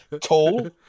Tall